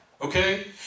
Okay